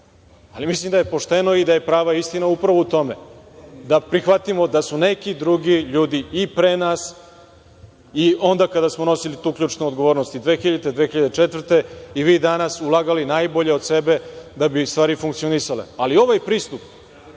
aerodroma. Mislim da je pošteno i da je prava istina upravo u tome da prihvatimo da su neki drugi ljudi i pre nas, i onda kada smo nosili tu ključnu odgovornost, i 2000. i 2004. godine, i vi danas ulagali najbolje od sebe da bi stvari funkcionisale. Ali, ovaj pristup